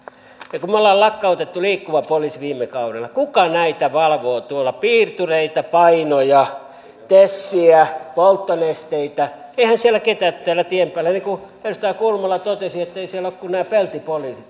ja kun me olemme lakkauttaneet liikkuvan poliisin viime kaudella kuka näitä valvoo tuolla piirtureita painoja tesiä polttonesteitä eihän siellä tien päällä ole ketään niin kuin edustaja kulmala totesi edellisessä asiassa ei siellä ole kuin nämä peltipoliisit